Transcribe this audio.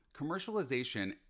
commercialization